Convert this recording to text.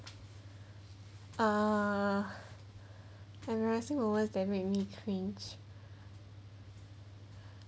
err embasrassing moments that make me cringe